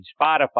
Spotify